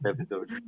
episode